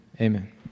Amen